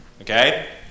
Okay